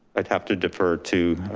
i'd have to defer to,